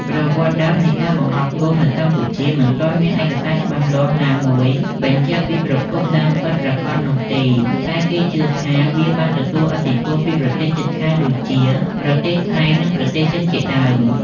ប្រវត្តិដើមនៃការបង្ហោះគោមនៅកម្ពុជាមិនទាន់មានឯកសារច្បាស់លាស់ណាមួយបញ្ជាក់ពីប្រភពដើមពិតប្រាកដនោះទេ តែគេជឿថាវាបានទទួលឥទ្ធិពលពីប្រទេសជិតខាងដូចជា ប្រទេសថៃ និងប្រទេសចិនជាដើម។